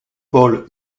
paul